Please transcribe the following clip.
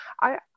I-